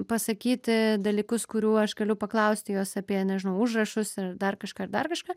pasakyti dalykus kurių aš galiu paklausti jos apie nežinau užrašus ir dar kažką ir dar kažką